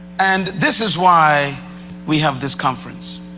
and this is why we have this conference,